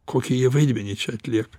kokį jie vaidmenį čia atlieka